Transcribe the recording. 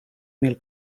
mil